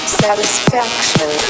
satisfaction